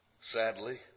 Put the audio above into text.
sadly